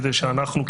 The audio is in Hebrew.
כדי שאנחנו,